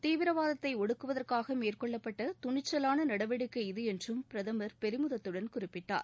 தீவிரவாதத்தை ஒடுக்குவதற்காக மேற்கொள்ளப்பட்ட துணிச்சவான நடவடிக்கை இது என்றும் பிரதமர் பெருமிதத்துடன் குறிப்பிட்டார்